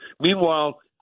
Meanwhile